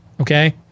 Okay